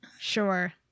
Sure